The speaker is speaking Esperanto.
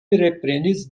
reprenis